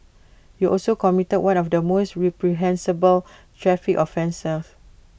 you also committed one of the most reprehensible traffices offences